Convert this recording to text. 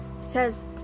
says